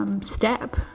step